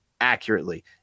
accurately